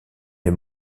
les